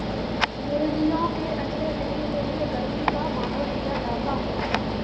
मुर्गियों के अंडे देने के लिए गर्मी का माहौल दिया जाता है